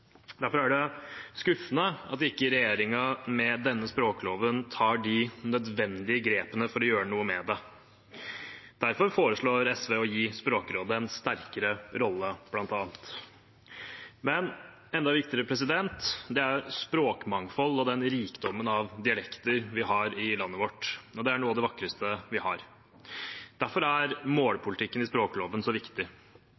Derfor er det skuffende at ikke regjeringen med denne språkloven tar de nødvendige grepene for å gjøre noe med det. Derfor foreslår SV bl.a. å gi Språkrådet en sterkere rolle. Men enda viktigere er språkmangfold og den rikdommen av dialekter vi har i landet vårt. Det er noe av det vakreste vi har. Derfor er